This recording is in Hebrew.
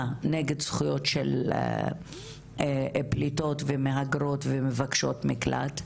נגד זכויות של פליטות ומהגרות ומבקשות מקלט,